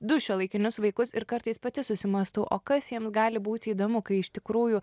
du šiuolaikinius vaikus ir kartais pati susimąstau o kas jiems gali būti įdomu kai iš tikrųjų